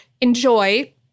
enjoy